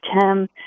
Tim